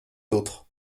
d’autres